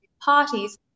parties